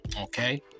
Okay